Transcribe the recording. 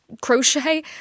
crochet